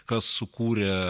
kas sukūrė